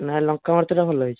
ନା ଲଙ୍କା ମାରିଚଟା ଭଲ ହୋଇଛି